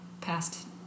past